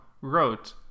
wrote